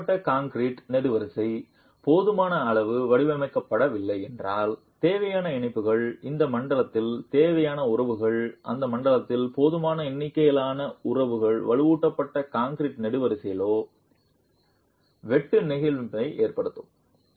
வலுவூட்டப்பட்ட கான்கிரீட் நெடுவரிசை போதுமான அளவு வடிவமைக்கப்படவில்லை என்றால் தேவையான இணைப்புகள் அந்த மண்டலத்தில் தேவையான உறவுகள் அந்த மண்டலத்தில் போதுமான எண்ணிக்கையிலான உறவுகள் வலுவூட்டப்பட்ட கான்கிரீட் நெடுவரிசையிலேயே வெட்டு செயலிழப்பை ஏற்படுத்தும்